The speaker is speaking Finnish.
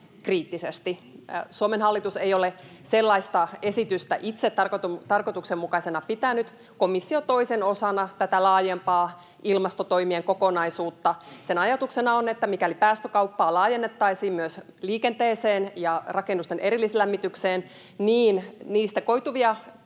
Suomen hallitus ei ole sellaista esitystä itse tarkoituksenmukaisena pitänyt. Komissio toi sen osana tätä laajempaa ilmastotoimien kokonaisuutta. Sen ajatuksena on, että mikäli päästökauppaa laajennettaisiin myös liikenteeseen ja rakennusten erillislämmitykseen, niin niistä tavallisille